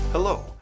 Hello